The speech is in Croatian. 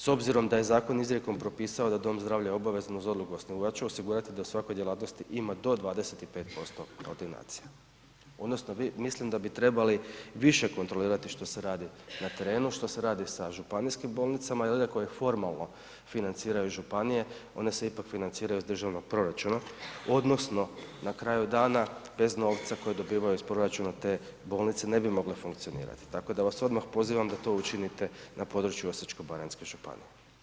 S obzirom da je zakon izrijekom propisao da dom zdravlja obavezno uz odluku osnivača je osigurati da su svakoj djelatnosti ima do 25% ordinacija odnosno vi mislim da bi trebali više kontrolirati što se radi na terenu, što se radi sa županijskim bolnicama i one koji formalno financiraju županije, one se ipak financiraju iz državnog proračuna odnosno na kraju dana, bez novca koji dobivaju iz proračuna te bolnice ne bi mogle funkcionirati tako da vas odmah pozivam da to učinite na području Osječko-baranjske županije.